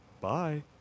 Bye